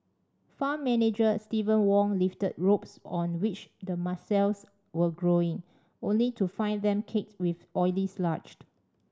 farm manager Steven Wong lifted ropes on which the mussels were growing only to find them caked with oily sludge